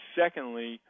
secondly